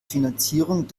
finanzierung